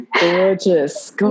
Gorgeous